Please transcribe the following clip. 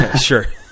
sure